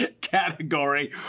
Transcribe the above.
category